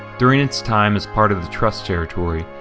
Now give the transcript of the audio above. during its time as part of the trust territory,